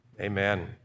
Amen